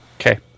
Okay